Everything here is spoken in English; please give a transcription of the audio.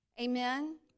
Amen